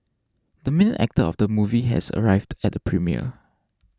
the main actor of the movie has arrived at the premiere